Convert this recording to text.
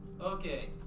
Okay